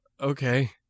okay